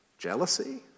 Jealousy